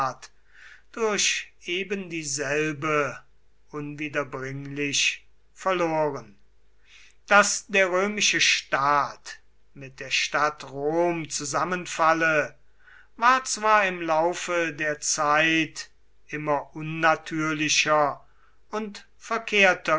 durch ebendieselbe unwiderbringlich verloren daß der römische staat mit der stadt rom zusammenfalle war zwar im laufe der zeit immer unnatürlicher und verkehrter